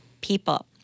people